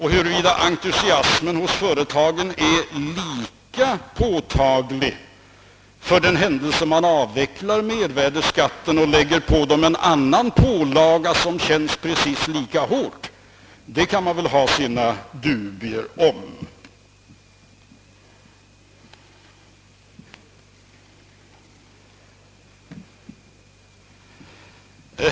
Huruvida entusiasmen inom företagen är lika påtäglig för den händelse man avvecklar omsättningsskatten och lägger på dem en annan pålaga som känns precis lika hård kan man väl ha sina dubier om.